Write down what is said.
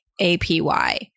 APY